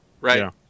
right